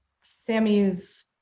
sammy's